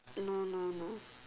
no no no